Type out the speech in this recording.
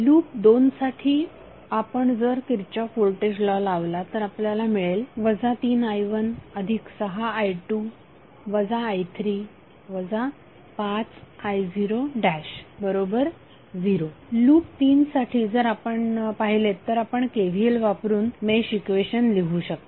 loop 2 साठी आपण जर किरचॉफ व्होल्टेज लॉ लावला तर आपल्याला मिळेल 3i16i2 i3 5i00 लूप 3 साठी जर आपण पाहिलेत तर आपण KVL वापरून मेश इक्वेशन लिहू शकता